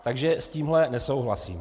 Takže s tímhle nesouhlasím.